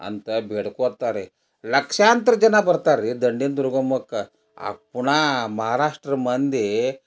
ಅಂತ ಬೇಡ್ಕೊತಾರೆ ಲಕ್ಷಾಂತರ ಜನ ಬರ್ತಾರೆ ರಿ ದಂಡಿನ ದುರ್ಗಮ್ಮಕ್ಕೆ ಆ ಪುಣೆ ಮಹಾರಾಷ್ಟ್ರ ಮಂದಿ